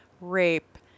rape